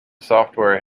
software